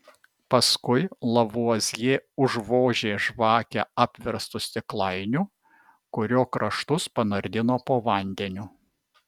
paskui lavuazjė užvožė žvakę apverstu stiklainiu kurio kraštus panardino po vandeniu